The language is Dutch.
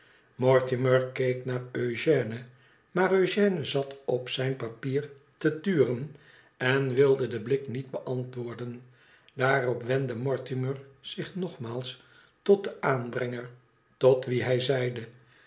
mortimer keek naar eugène maar eugène zat op zijn papier te turen en wilde den blik niet beantwoorden daarop wendde mortimer zich nogmaals tot den aanbrenger tot wien hij zeide